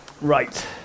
Right